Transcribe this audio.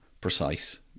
precise